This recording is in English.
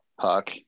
puck